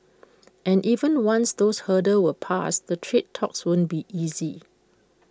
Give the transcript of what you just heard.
and even once those hurdles were passed the trade talks won't be easy